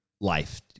life